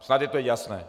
Snad je to jasné.